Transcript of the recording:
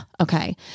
okay